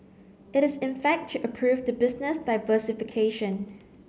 it is in fact to approve the business diversification